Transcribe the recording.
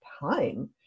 time